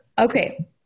Okay